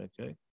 okay